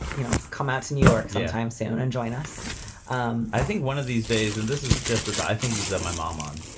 you know, come out to new york sometime soon and join us um i think one of these days and this is just as i think you should have my mom on.